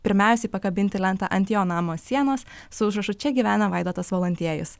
pirmiausiai pakabinti lentą ant jo namo sienos su užrašu čia gyvena vaidotas valantiejus